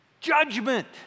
Judgment